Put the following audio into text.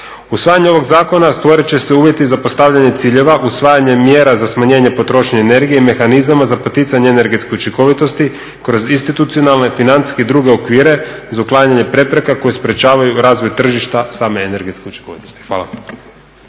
Usvajanjem ovog zakona stvorit će se uvjeti za postavljanje ciljeva, usvajanjem mjera za smanjenje potrošnje energije, mehanizama za poticanje energetske učinkovitosti kroz institucionalne financijski druge okvire za uklanjanje prepreka koje sprečavaju razvoj tržišta same energetske učinkovitosti. Hvala.